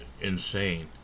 insane